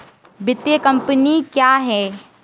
वित्तीय कम्पनी क्या है?